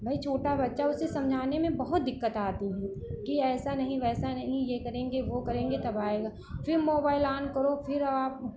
भई छोटा बच्चा है उसे समझाने में बहुत दिक्कत आती हैं कि ऐसा नहीं वैसा नहीं ये करेंगे वो करेंगे तब आएगा फिर मोबाइल ऑन करो फिर अब आप